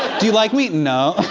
do you like me? no.